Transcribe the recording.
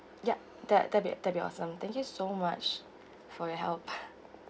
yup that that'll be that'll be awesome thank you so much for your help